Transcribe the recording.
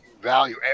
value